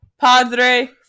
padre